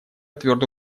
твердо